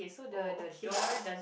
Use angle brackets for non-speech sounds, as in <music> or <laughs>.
oh okay <laughs>